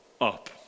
up